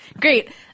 Great